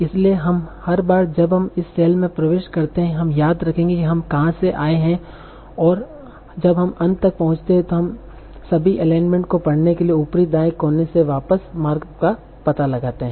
इसलिए हर बार जब हम एक सेल में प्रवेश करते हैं हम याद करते हैं कि हम कहाँ से आए हैं और जब हम अंत तक पहुँचते हैं तो हम सभी एलाइनमेंट को पढ़ने के लिए ऊपरी दाएं कोने से वापस मार्ग का पता लगाते हैं